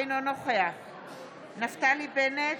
אינו נוכח נפתלי בנט,